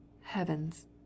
Heavens